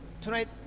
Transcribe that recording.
tonight